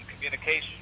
communication